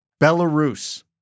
Belarus